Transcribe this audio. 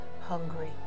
hungry